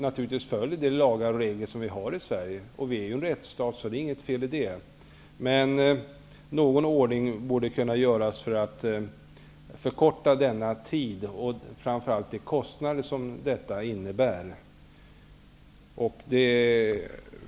Naturligtvis följs ju de lagar och regler som gäller i Sverige. Sverige är en rättsstat, så det är inget fel med det. Men någon ordning borde kunna åstadkommas för att förkorta nämnda tid och framför allt för att minska kostnaderna i sammanhanget.